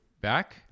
back